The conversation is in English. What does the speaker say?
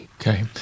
okay